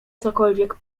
cokolwiek